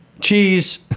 Cheese